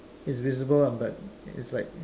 it's visible lah but it's like